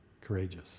courageous